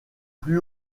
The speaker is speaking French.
plus